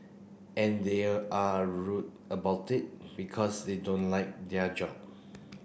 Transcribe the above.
and there are rude about it because they don't like their job